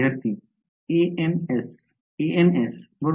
विद्यार्थी ans ans बरोबर